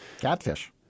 Catfish